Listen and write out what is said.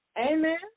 Amen